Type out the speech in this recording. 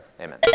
amen